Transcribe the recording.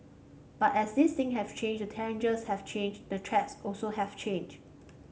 but as these thing have changed the challenges have changed the threats also have changed